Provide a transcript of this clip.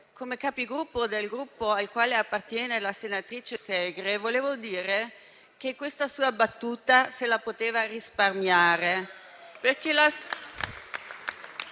come Capogruppo del Gruppo al quale appartiene la senatrice Segre, volevo dire che quella sua battuta se la poteva risparmiare.